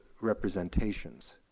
representations